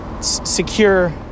secure